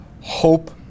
hope